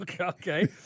Okay